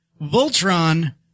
Voltron